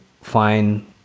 fine